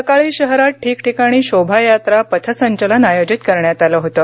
सकाळी शहरात ठिकठिकाणी शोभायात्रा पथसंचलन आयोजित करण्यात आलं होतं